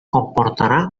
comportarà